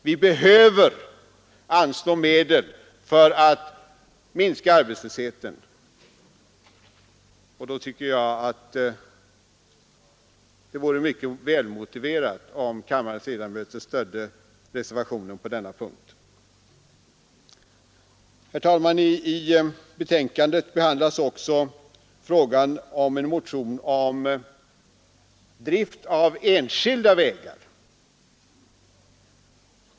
Vi behöver anslå medel för att minska arbetslösheten, och då tycker jag att det vore mycket välmotiverat om kammarens ledamöter stödde reservationen på denna punkt. Herr talman! I betänkandet behandlas också en motion om drift av enskilda vägar.